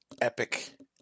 epic